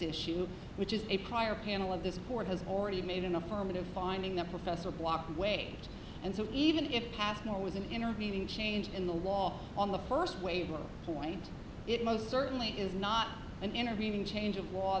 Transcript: issue which is a prior panel of this court has already made an affirmative finding the professor walked away and so even if past nor was an intervening change in the law on the first wave point it most certainly is not an intervening change of law